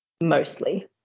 Mostly